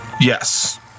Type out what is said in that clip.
Yes